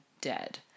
dead